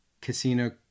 Casino